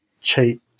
cheap